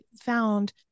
found